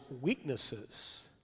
weaknesses